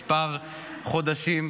מספר חודשים,